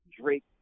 Drake